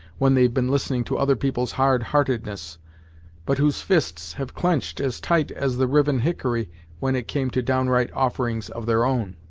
when they've been listening to other people's hard heartedness but whose fists have clench'd as tight as the riven hickory when it came to downright offerings of their own.